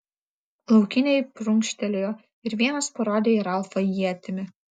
laukiniai prunkštelėjo ir vienas parodė į ralfą ietimi